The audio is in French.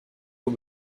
aux